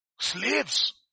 Slaves